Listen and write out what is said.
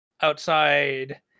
outside